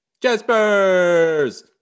jaspers